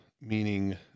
meaning